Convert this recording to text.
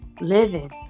living